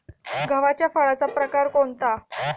गव्हाच्या फळाचा प्रकार कोणता?